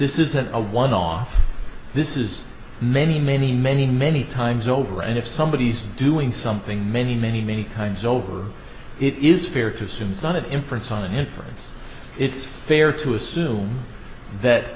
this isn't a one off this is many many many many times over and if somebody said doing something many many many kinds over it is fair to assume son of inference on an inference it's fair to assume that